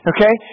Okay